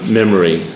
memory